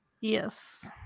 Yes